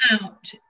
out